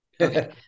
Okay